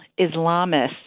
Islamists